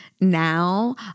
now